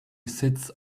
sits